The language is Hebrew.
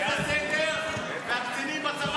זה בסדר והקצינים בצבא לא בסדר?